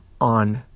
on